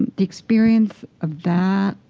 the experience of that,